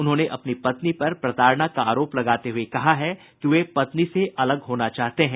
उन्होंने अपनी पत्नी पर प्रताड़ना का आरोप लगाते हुए कहा है कि वे पत्नी से अलग होना चाहते हैं